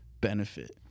benefit